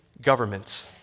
governments